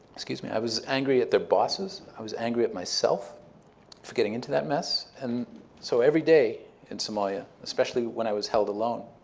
excuse me. i was angry at their bosses. i was angry at myself for getting into that mess. and so every day in somalia, especially when i was held alone,